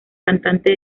cantante